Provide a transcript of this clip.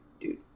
dude